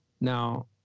now